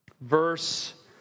verse